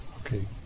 okay